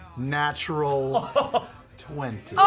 natural twenty.